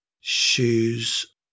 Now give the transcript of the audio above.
shoes